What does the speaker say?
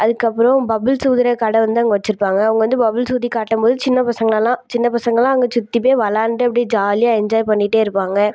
அதுக்கு அப்புறம் பப்புள்ஸ் ஊதுகிற கடை வந்து அங்கே வச்சிருப்பாங்க அவங்கள் வந்து பப்புள்ஸ் ஊதி காட்டும்போது சின்னப்பசங்களெலாம் சின்னப்பசங்களெலாம் அங்கே சுற்றி போய் விளாண்ட்டு அப்டேயே ஜாலியாக என்ஜாய் பண்ணிகிட்டே இருப்பாங்க